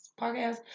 podcast